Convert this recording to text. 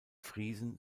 friesen